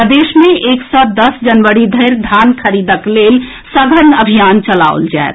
प्रदेश मे एक सँ दस जनवरी धरि धान खरीदक लेल सघन अभियान चलाओल जाएत